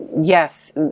yes